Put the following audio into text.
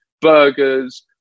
burgers